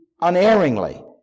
unerringly